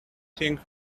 think